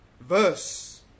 verse